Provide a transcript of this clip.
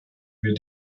wir